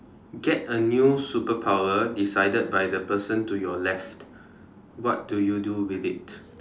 get a new superpower decided by the person decided to your left what do you do with it